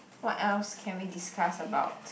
what else can we discuss about